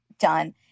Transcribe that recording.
done